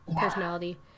personality